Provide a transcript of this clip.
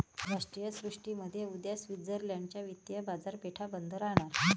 राष्ट्रीय सुट्टीमुळे उद्या स्वित्झर्लंड च्या वित्तीय बाजारपेठा बंद राहणार